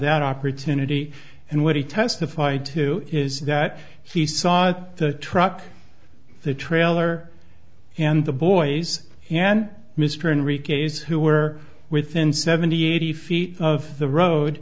that opportunity and what he testified to is that he saw that the truck the trailer and the boys and mr enrica is who were within seventy eighty feet of the road